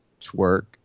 twerk